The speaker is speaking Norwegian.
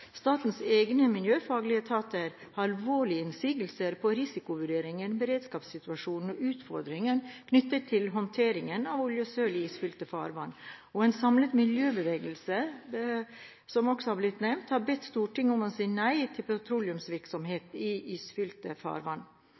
Statens egne miljøfaglige etater har alvorlige innsigelser mot risikovurderingene, beredskapssituasjonen og utfordringer knyttet til håndtering av oljesøl i isfylte farvann, og en samlet miljøbevegelse, som det også har blitt nevnt, har bedt Stortinget om å si nei til petroleumsvirksomhet i isfylte farvann.